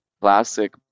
classic